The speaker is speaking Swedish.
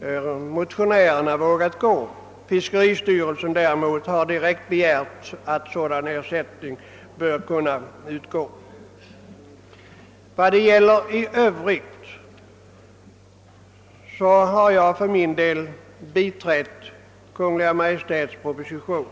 heller motionärerna vågat gå. Fiskeristyrelsen däremot har direkt begärt att ersättning skall kunna utbetalas. I övrigt har jag för min del biträtt Kungl. Maj:ts proposition.